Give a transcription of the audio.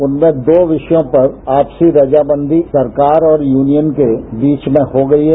उनमें दो विषयों पर आएसी रजामंदी सरकाखौर यूनियन के बीच में हो गई है